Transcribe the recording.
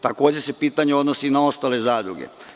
Takođe se pitanje odnosi i na ostale zadruge.